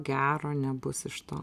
gero nebus iš to